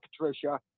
Patricia